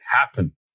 happen